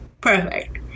Perfect